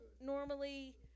normally